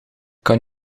kan